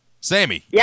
Sammy